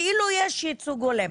כאילו יש ייצוג הולם,